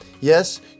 Yes